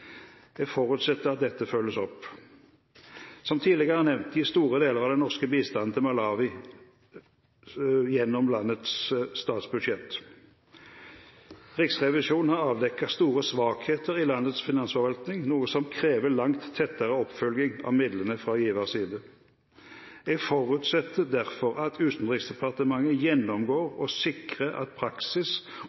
forutsetter at dette følges opp. Som tidligere nevnt gis store deler av den norske bistanden til Malawi gjennom landets statsbudsjett. Riksrevisjonen har avdekket store svakheter i landets finansforvaltning, noe som krever langt tettere oppfølging av midlene fra givers side. Jeg forutsetter derfor at Utenriksdepartementet gjennomgår og sikrer at praksis